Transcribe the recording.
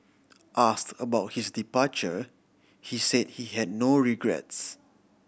ask about his departure he said he had no regrets